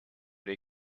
they